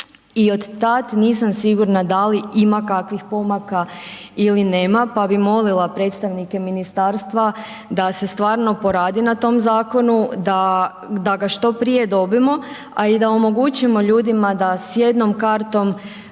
i od tam nisam sigurna da li ima kakvih pomaka ili ne pa bi molila predstavnike ministarstva da se stvarno poradi na tom zakonu, da g što prije dobijemo a i da omogućimo ljudima da s jednom kartom